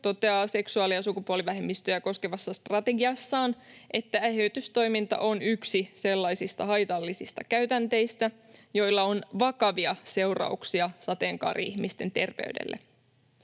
toteaa seksuaali- ja sukupuolivähemmistöjä koskevassa strategiassaan, että eheytystoiminta on yksi sellaisista haitallisista käytänteistä, joilla on vakavia seurauksia sateenkaari-ihmisten terveydelle.